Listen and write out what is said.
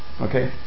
Okay